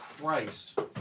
Christ